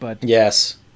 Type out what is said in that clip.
Yes